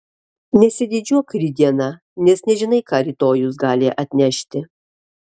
nesididžiuok rytdiena nes nežinai ką rytojus gali atnešti